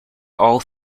all